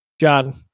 John